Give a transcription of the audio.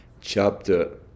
Chapter